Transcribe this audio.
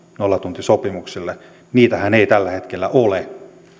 nollatuntisopimuksille niitähän ei tällä hetkellä ole